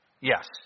Yes